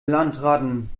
landratten